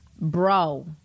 bro